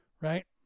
right